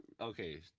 Okay